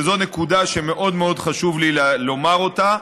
וזו נקודה שמאוד מאוד חשוב לי לומר אותה,